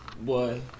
Boy